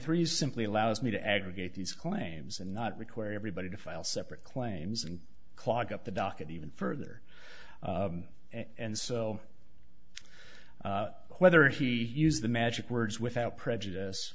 three simply allows me to aggregate these claims and not require everybody to file separate claims and clog up the docket even further and so whether he used the magic words without prejudice